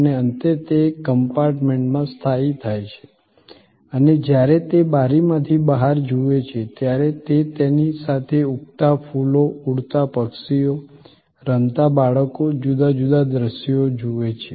અને અંતે તે એક કમ્પાર્ટમેન્ટમાં સ્થાયી થાય છે અને જ્યારે તે બારીમાંથી બહાર જુએ છે ત્યારે તે તેની સામે ઉગતા ફૂલો ઉડતા પક્ષીઓ રમતા બાળકો જુદા જુદા દ્રશ્યો જુએ છે